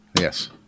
Yes